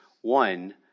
one